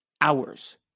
Hours